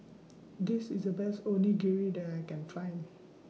This IS The Best Onigiri that I Can Find